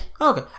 Okay